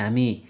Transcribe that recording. हामी